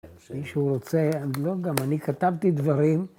‫מישהו רוצה, אני לא גם, ‫אני כתבתי דברים.